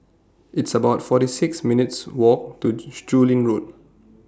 It's about forty six minutes' Walk to Chu Lin Road